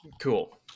Cool